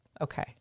Okay